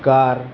car